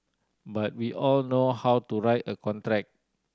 but we all know how to write a contract